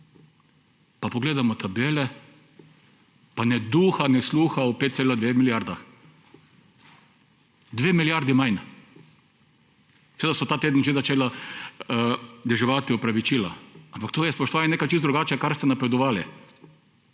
pa pogledamo tabele pa ne duha ne sluha o 5,2 milijarde. 2 milijardi manj. Seveda so ta teden že začela deževati opravičila, ampak to je, spoštovani, čisto drugače, kot ste napovedovali.